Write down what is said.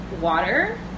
water